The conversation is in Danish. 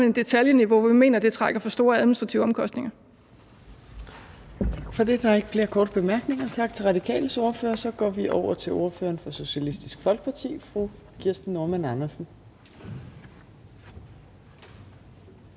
hen et detaljeniveau, hvor vi mener det trækker for store administrative omkostninger. Kl. 17:41 Fjerde næstformand (Trine Torp): Tak for det. Der er ikke flere korte bemærkninger. Tak til Radikales ordfører. Så går vi over til ordføreren for Socialistisk Folkeparti, fru Kirsten Normann Andersen.